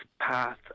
path